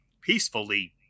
peacefully